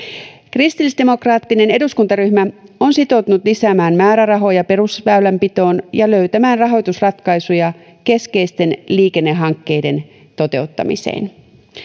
kristillisdemokraattinen eduskuntaryhmä on sitoutunut lisäämään määrärahoja perusväylänpitoon ja löytämään rahoitusratkaisuja keskeisten liikennehankkeiden toteuttamiseen